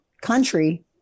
country